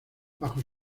bajo